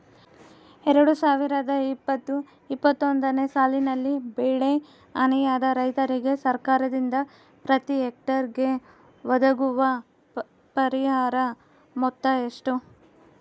ಎರಡು ಸಾವಿರದ ಇಪ್ಪತ್ತು ಇಪ್ಪತ್ತೊಂದನೆ ಸಾಲಿನಲ್ಲಿ ಬೆಳೆ ಹಾನಿಯಾದ ರೈತರಿಗೆ ಸರ್ಕಾರದಿಂದ ಪ್ರತಿ ಹೆಕ್ಟರ್ ಗೆ ಒದಗುವ ಪರಿಹಾರ ಮೊತ್ತ ಎಷ್ಟು?